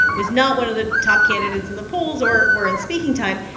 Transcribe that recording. was not one of the top candidates in the polls or or in speaking time.